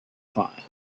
find